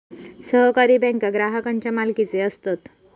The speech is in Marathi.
सहकारी बँको ग्राहकांच्या मालकीचे असतत